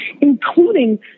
including